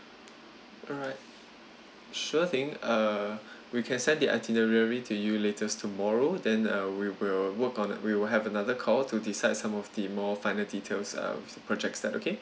alright sure thing uh we can send the itinerary to you latest tomorrow then uh we will work on we will have another call to decide some of the more final details uh is that okay